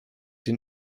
den